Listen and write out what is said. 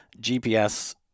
GPS